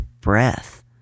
breath